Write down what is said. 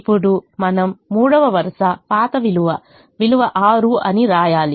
ఇప్పుడు మనము మూడవ వరుస పాత విలువ విలువ 6 అని వ్రాయాలి